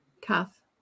Kath